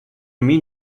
mean